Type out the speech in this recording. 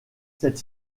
cette